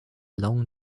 long